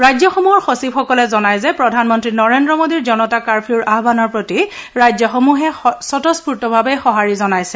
ৰাজ্যসমূহৰ সচিবসকলে জনায় যে প্ৰধানমন্তী নৰেন্দ্ৰ মোদীৰ জনতা কাৰ্ফিউৰ আহানৰ প্ৰতি ৰাজ্যসমূহে স্বতঃস্ফুৰ্তভাৱে সঁহাৰি জনাইছে